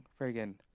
friggin